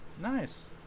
Nice